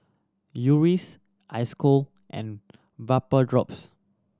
Eucerin Isocal and Vapodrops